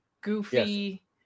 goofy